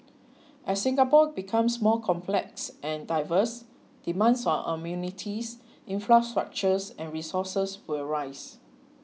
as Singapore becomes more complex and diverse demands on amenities infrastructure and resources will rise